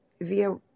via